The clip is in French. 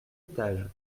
étage